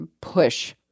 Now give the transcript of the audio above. push